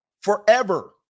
forever